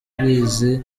abizi